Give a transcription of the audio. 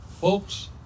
Folks